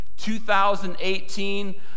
2018